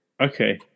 Okay